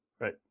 Right